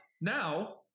now